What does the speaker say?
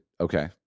okay